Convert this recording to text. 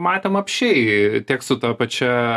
matėm apsčiai tiek su ta pačia